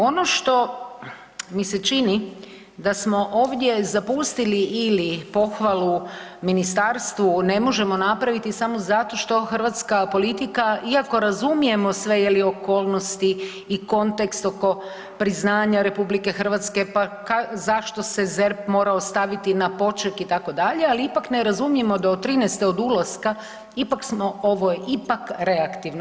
Ono što mi se čini da smo ovdje zapustili ili pohvalu ministarstvu ne možemo napraviti samo zato što hrvatska politika iako razumijemo sve je li okolnosti i kontekst oko priznanja RH, pa zašto se ZERP morao staviti na poček itd., ali ipak ne razumijemo do '13. od ulaska ipak smo, ovo je ipak reaktivno.